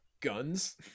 guns